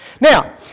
Now